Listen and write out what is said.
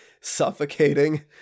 suffocating